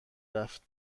رفت